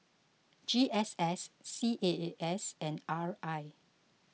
G S S C A A S and R I